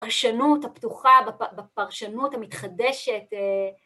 פרשנות הפתוחה בפרשנות המתחדשת.